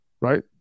right